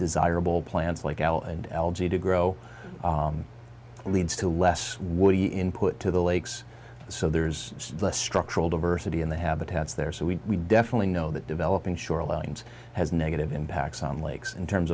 desirable plants like al and algae to grow leads to less woody input to the lakes so there's less structural diversity in the habitats there so we definitely know that developing shorelines has negative impacts on the lakes in terms